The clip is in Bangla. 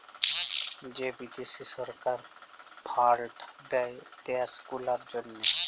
যে বিদ্যাশি সরকার ফাল্ড দেয় দ্যাশ গুলার জ্যনহে